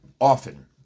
often